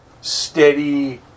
steady